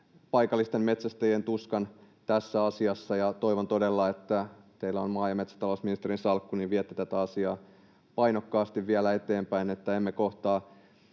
paikallisten metsästäjien tuskan tässä asiassa, ja toivon todella, että kun teillä on maa- ja metsätalousministerin salkku, viette tätä asiaa painokkaasti vielä eteenpäin, että emme kohtaa